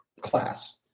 class